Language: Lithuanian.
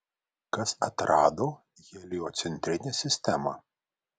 kas atrado heliocentrinę sistemą